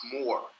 more